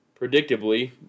Predictably